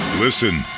Listen